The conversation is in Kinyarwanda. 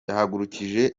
yahagurukije